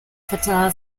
fachada